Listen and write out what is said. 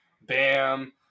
Bam